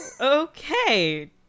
Okay